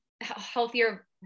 healthier